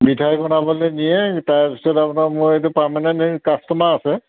মিঠাই বনাবলে নিয়ে তাৰপিছত আপোনাৰ মোৰ এইটো পাৰ্মেনেণ্ট কাষ্টমাৰ আছে